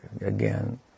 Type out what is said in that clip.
again